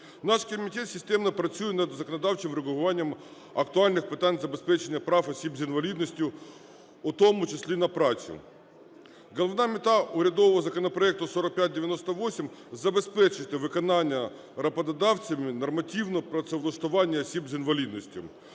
Наш комітет системно працює над законодавчим врегулюванням актуальних питань забезпечення прав осіб з інвалідністю, у тому числі на працю. Головна мета урядового законопроекту 4598 забезпечити виконання роботодавцями нормативного працевлаштування осіб з інвалідністю.